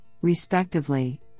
respectively